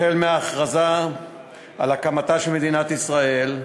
החל בהכרזה על הקמת מדינת ישראל,